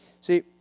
See